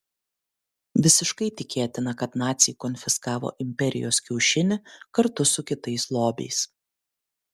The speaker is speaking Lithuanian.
visiškai tikėtina kad naciai konfiskavo imperijos kiaušinį kartu su kitais lobiais